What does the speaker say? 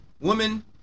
woman